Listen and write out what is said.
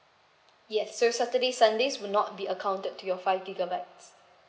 yes so saturday sundays will not be accounted to your five gigabytes